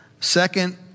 Second